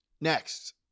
Next